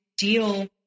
deal